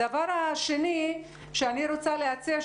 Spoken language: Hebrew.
הדבר השני שאני רוצה להציע.